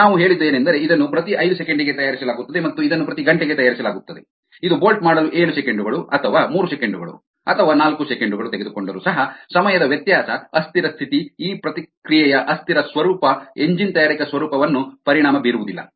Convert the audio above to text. ನಾವು ಹೇಳಿದ್ದು ಏನೆಂದರೆ ಇದನ್ನು ಪ್ರತಿ ಐದು ಸೆಕೆಂಡಿಗೆ ತಯಾರಿಸಲಾಗುತ್ತದೆ ಮತ್ತು ಇದನ್ನು ಪ್ರತಿ ಗಂಟೆಗೆ ತಯಾರಿಸಲಾಗುತ್ತದೆ ಇದು ಬೋಲ್ಟ್ ಮಾಡಲು ಏಳು ಸೆಕೆಂಡು ಗಳು ಅಥವಾ ಮೂರು ಸೆಕೆಂಡು ಗಳು ಅಥವಾ ನಾಲ್ಕು ಸೆಕೆಂಡು ಗಳು ತೆಗೆದುಕೊಂಡರೂ ಸಹ ಸಮಯದ ವ್ಯತ್ಯಾಸ ಅಸ್ಥಿರ ಸ್ಥಿತಿ ಈ ಪ್ರಕ್ರಿಯೆಯ ಅಸ್ಥಿರ ಸ್ವರೂಪ ಎಂಜಿನ್ ತಯಾರಿಕೆಯ ಸ್ವರೂಪವನ್ನು ಪರಿಣಾಮ ಬೀರುವುದಿಲ್ಲ